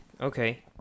Okay